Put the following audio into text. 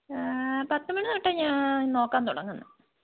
പത്ത് മണി തൊട്ടാണ് ഞാൻ നോക്കാൻ തുടങ്ങുന്നത്